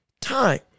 time